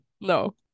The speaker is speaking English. No